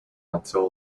until